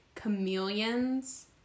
chameleons